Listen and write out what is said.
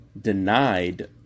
denied